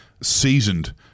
seasoned